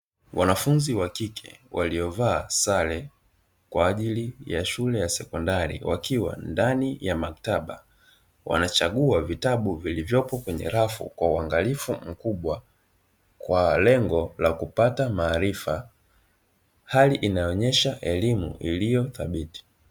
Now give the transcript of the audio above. Wanafunzi wa kike waliovaa sare kwa ajili ya shule ya sekondari wakiwa ndani ya maktaba. Wanachagua vitabu vilivyopo kwenye rafu kwa uangalifu mkubwa kwa lengo la kupata maarifa ,hali inayonesha elimu iliyo thabiti.